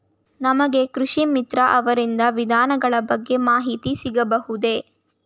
ನಮಗೆ ಕೃಷಿ ಮಿತ್ರ ಅವರಿಂದ ವಿಧಾನಗಳ ಬಗ್ಗೆ ಮಾಹಿತಿ ಸಿಗಬಹುದೇ?